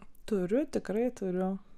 turiu tikrai turiu